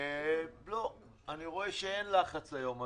לא, אני רואה שאין לחץ היום.